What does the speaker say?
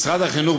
משרד החינוך,